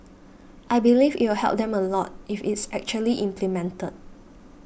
I believe it will help them a lot if it's actually implemented